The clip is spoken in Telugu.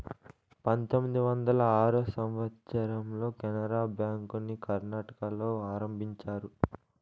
పంతొమ్మిది వందల ఆరో సంవచ్చరంలో కెనరా బ్యాంకుని కర్ణాటకలో ఆరంభించారు